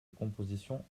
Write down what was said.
composition